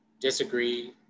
disagree